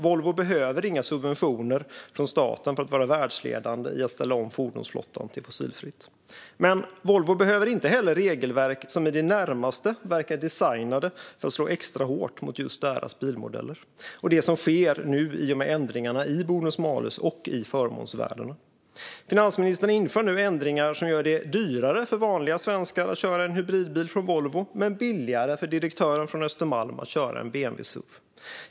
Volvo behöver inga subventioner från staten för att vara världsledande i att ställa om fordonsflottan till fossilfritt. Men Volvo behöver inte heller regelverk som i det närmaste verkar designade för att slå extra hårt mot just deras bilmodeller. Det är det som nu sker i och med ändringarna i bonus-malus och i förmånsvärdena. Finansministern inför nu ändringar som gör det dyrare för vanliga svenskar att köra en hybridbil från Volvo men billigare för direktören på Östermalm att köra en BMW-suv.